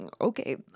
okay